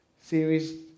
series